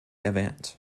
erwähnt